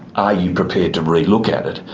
are you prepared to relook at it?